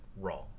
wrong